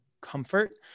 comfort